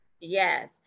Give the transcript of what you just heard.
Yes